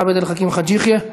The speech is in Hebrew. חבר הכנסת עבד אל חכים חאג' יחיא,